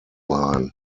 line